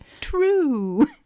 true